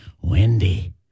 Wendy